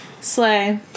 sleigh